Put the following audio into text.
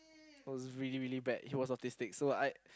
I was really really bad he was autistic so I